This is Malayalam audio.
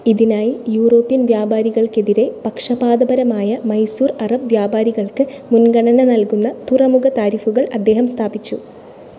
ഇതിനായി യൂറോപ്യൻ വ്യാപാരികൾക്കെതിരെ പക്ഷപാതപരമായ മൈസൂർ അറബ് വ്യാപാരികൾക്ക് മുൻഗണന നൽകുന്ന തുറമുഖ താരിഫുകൾ അദ്ദേഹം സ്ഥാപിച്ചു